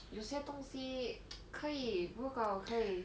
有些东西可以如果可以